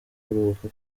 kuruhuka